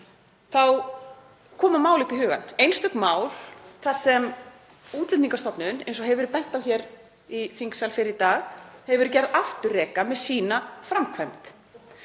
þá koma mál upp í hugann, einstök mál þar sem Útlendingastofnun, eins og hefur verið bent á hér í þingsal fyrr í dag, hefur verið gerð afturreka með sína framkvæmd.